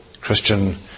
Christian